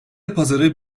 pazarı